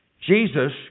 Jesus